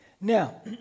Now